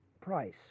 price